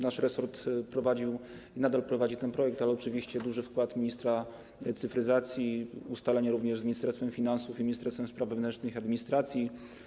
Nasz resort prowadził, nadal prowadzi ten projekt, ale oczywiście jest duży wkład ministra cyfryzacji, są ustalenia również z Ministerstwem Finansów i Ministerstwem Spraw Wewnętrznych i Administracji.